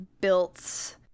built